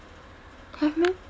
have meh